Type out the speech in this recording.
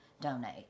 donate